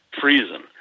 freezing